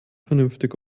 vernünftig